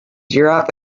europe